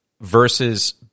versus